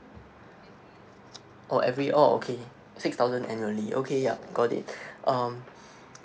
oh every oh okay six thousand annually okay yup got it um